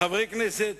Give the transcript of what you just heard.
חברי כנסת